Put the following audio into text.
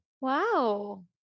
wow